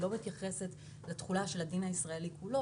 היא לא מתייחסת לתחולה של הדין הישראלי כולו,